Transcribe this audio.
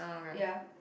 ya